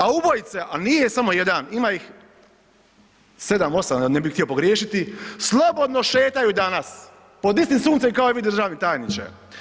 A ubojice, a nije samo jedan, ima ih 7-8 ne bih htio pogriješiti slobodno šetaju danas pod istim suncem kao i vi državni tajniče.